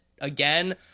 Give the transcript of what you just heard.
again